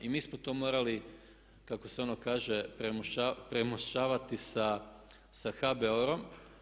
I mi smo to morali kako se ono kaže premoščavati sa HBOR-om.